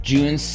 June